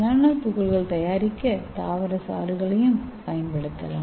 நானோ துகள்கள் தயாரிக்க தாவர சாறுகளையும் பயன்படுத்தலாம்